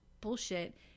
bullshit